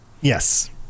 yes